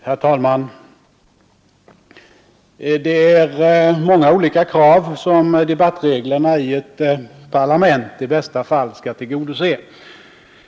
Herr talman! Det är många olika krav som debattreglerna i ett parlament i bästa fall skall tillgodose.